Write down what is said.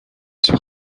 sur